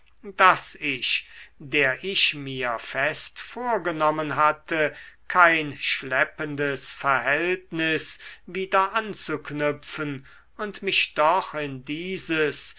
daß ich der ich mir fest vorgenommen hatte kein schleppendes verhältnis wieder anzuknüpfen und mich doch in dieses